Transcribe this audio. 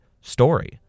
story